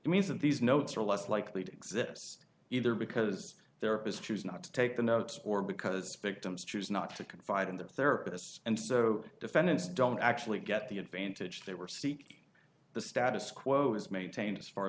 trial means that these notes are less likely to exist either because there is choose not to take the notes or because victims choose not to confide in their therapists and so defendants don't actually get the advantage they were seek the status quo is maintained as far